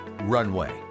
Runway